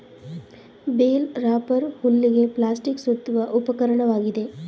bale wrapper ಹುಲ್ಲಿಗೆ plastic ಸುತ್ತುವ ಉಪಕರಣವಾಗಿದೆ